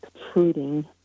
protruding